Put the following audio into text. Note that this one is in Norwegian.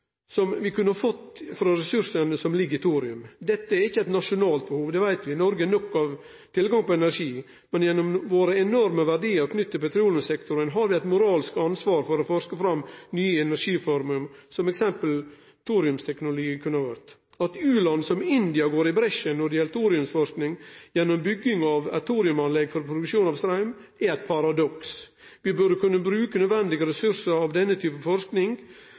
som dei kunne fått frå ressursane som ligg i thorium. Dette er ikkje eit nasjonalt behov, det veit vi. Noreg har nok av tilgang på energi, og gjennom våre enorme verdiar knytte til petroleumssektoren har vi eit moralsk ansvar for å forske fram nye energiformer, som f.eks. thoriumteknologi kunne ha vore. At u-land som India går i bresjen når det gjeld thoriumforsking gjennom bygging av thoriumanlegg for produksjon av straum, er eit paradoks. Som den energinasjonen vi er, og med dei enorme ressursane energien har gitt oss, burde vi kunne bruke nødvendige ressursar